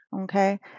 Okay